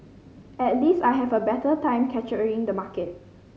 at least I have a better time capturing the market